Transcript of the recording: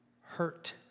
hurt